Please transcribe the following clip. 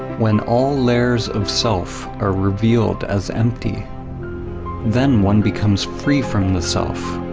when all layers of self are revealed as empty then one becomes free from the self.